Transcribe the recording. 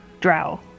drow